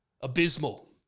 abysmal